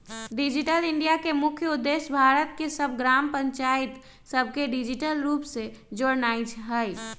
digital India के मुख्य उद्देश्य भारत के सभ ग्राम पञ्चाइत सभके डिजिटल रूप से जोड़नाइ हइ